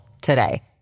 today